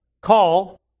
call